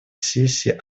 сессии